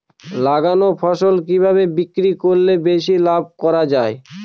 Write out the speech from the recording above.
লাগানো ফসল কিভাবে বিক্রি করলে বেশি লাভ করা যায়?